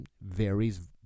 varies